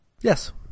Yes